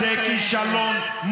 זה כישלון.